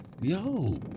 yo